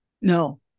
No